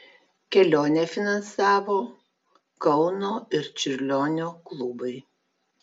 kelionę finansavo kauno ir čiurlionio klubai